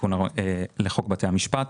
תיקון לחוק בתי המשפט.